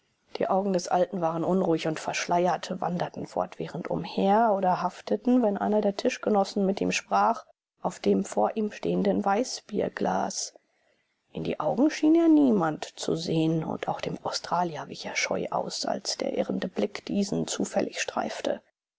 die augen des alten waren unruhig und verschleiert wanderten fortwährend umher oder hafteten wenn einer der tischgenossen mit ihm sprach auf dem vor ihm stehenden weißbierglas in die augen schien er niemand zu sehen und auch dem australier wich er scheu aus als der irrende blick diesen zufällig streifte